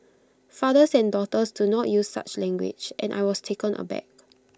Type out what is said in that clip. fathers and daughters do not use such language and I was taken aback